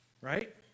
right